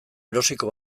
erosiko